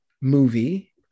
movie